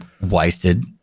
wasted